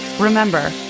Remember